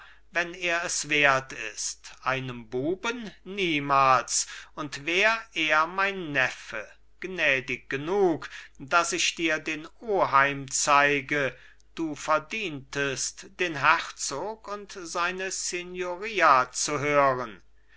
wenn er es wert ist einem buben niemals und wär er mein neffe gnädig genug daß ich dir den oheim zeige du verdientest den herzog und seine signoria zu hören